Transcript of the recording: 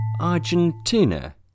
Argentina